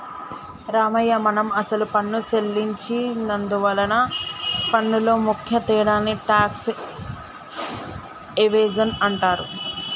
రామయ్య మనం అసలు పన్ను సెల్లించి నందువలన పన్నులో ముఖ్య తేడాని టాక్స్ ఎవేజన్ అంటారు